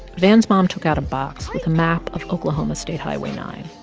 van's mom took out a box with a map of oklahoma state highway nine,